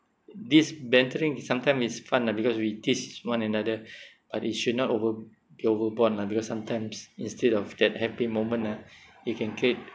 this bantering sometime is fun lah because we tease one another but it should not over overboard lah because sometimes instead of that happy moment ah it can create